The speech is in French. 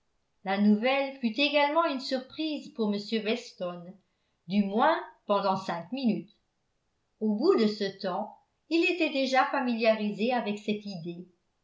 la nouvelle fut également une surprise pour m weston du moins pendant cinq minutes au bout de ce temps il était déjà familiarisé avec cette idée